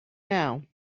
now